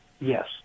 Yes